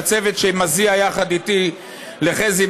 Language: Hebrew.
לצוות שמזיע יחד אתי: חזי,